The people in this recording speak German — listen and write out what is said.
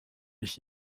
ich